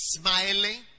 Smiling